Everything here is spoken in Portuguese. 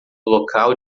local